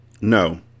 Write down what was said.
No